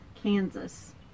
Kansas